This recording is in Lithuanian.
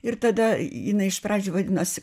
ir tada jinai iš pradžių vadinosi